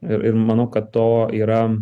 ir ir manau kad to yra